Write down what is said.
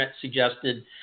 suggested